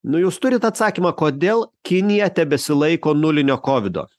nu jūs turit atsakymą kodėl kinija tebesilaiko nulinio kovido